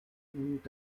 und